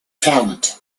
talent